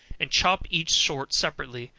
and chop each sort separately,